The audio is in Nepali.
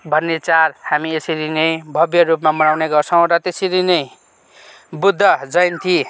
भन्ने चाड हामी यसरी नै भव्य रूपमा मनाँउने गर्छौँ र त्यसरी नै बुद्ध जयन्ती